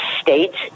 states